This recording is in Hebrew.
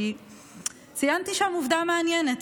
כי ציינתי שם עובדה מעניינת.